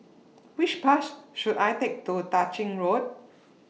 Which Bus should I Take to Tah Ching Road